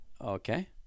Okay